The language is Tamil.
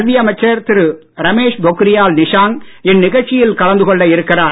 கல்வி அமைச்சர் திரு ரமேஷ் பொக்ரியால் நிஷாங்க் இந்நிகழ்ச்சியில் கலந்து கொள்ள இருக்கிறார்